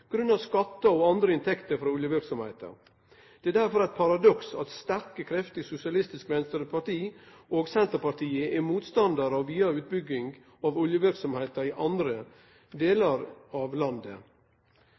grunna skattar og andre inntekter frå oljeverksemda. Det er derfor eit paradoks at sterke krefter i Sosialistisk Venstreparti og Senterpartiet er motstandarar av vidare utbygging av oljeverksemda i andre